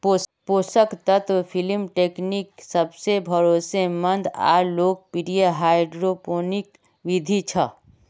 पोषक तत्व film technique सबसे भरोसामंद आर लोकप्रिय हाइड्रोपोनिक बिधि छ